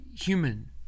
human